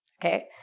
Okay